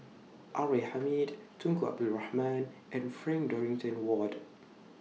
R A Hamid Tunku Abdul Rahman and Frank Dorrington Ward